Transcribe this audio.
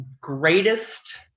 greatest